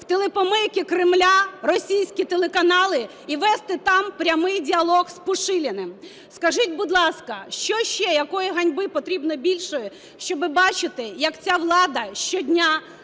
в телепомийки Кремля, російські телеканали, і вести там прямий діалог з Пушиліним. Скажіть, будь ласка, що ще, якої ганьби потрібно більшої, щоб бачити, як ця влада щодня